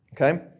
Okay